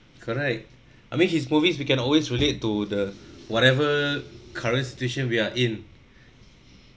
correct I mean his movies we can always relate to the whatever current situation we are in